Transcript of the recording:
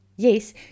Yes